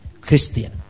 Christian